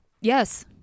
Yes